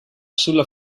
sulla